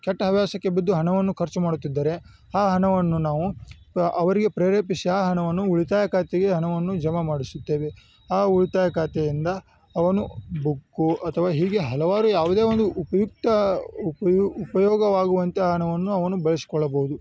ಕೆಟ್ಟ ಹವ್ಯಾಸಕ್ಕೆ ಬಿದ್ದು ಹಣವನ್ನು ಖರ್ಚು ಮಾಡುತ್ತಿದ್ದರೆ ಆ ಹಣವನ್ನು ನಾವು ಅವರಿಗೆ ಪ್ರೇರೆಪಿಸಿ ಆ ಹಣವನ್ನು ಉಳಿತಾಯ ಖಾತೆಗೆ ಹಣವನ್ನು ಜಮಾ ಮಾಡಿಸುತ್ತೇವೆ ಆ ಉಳಿತಾಯ ಖಾತೆಯಿಂದ ಅವನು ಬುಕ್ಕು ಅಥವಾ ಹೀಗೆ ಹಲವಾರು ಯಾವುದೇ ಒಂದು ಉಪಯುಕ್ತ ಉಪಯು ಉಪಯೋಗವಾಗುವಂಥ ಹಣವನ್ನು ಅವನು ಬಳಸ್ಕೊಳ್ಳಬಹುದು